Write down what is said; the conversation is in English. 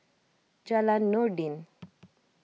Jalan Noordin